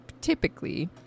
typically